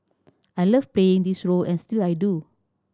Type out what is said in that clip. I love playing this role and I still do